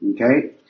Okay